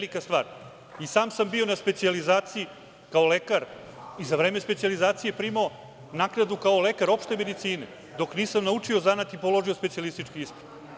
I sam sam bio na specijalizaciji kao lekar i za vreme specijalizacije sam primao naknadu kao lekar opšte medicine dok nisam naučio zanat i položio specijalistički ispit.